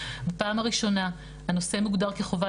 בפעם הראשונה הנושא מוגדר כחובה.